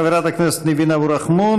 חברת הכנסת ניבין אבו רחמון.